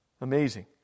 Amazing